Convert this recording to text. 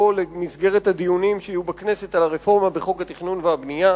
למסגרת הדיונים שיהיו בכנסת על הרפורמה בחוק התכנון והבנייה.